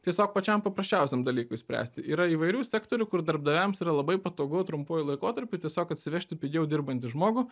tiesiog pačiam paprasčiausiam dalykui spręsti yra įvairių sektorių kur darbdaviams labai patogu trumpuoju laikotarpiu tiesiog atsivežti pigiau dirbantį žmogų